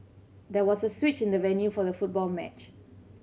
there was a switch in the venue for the football match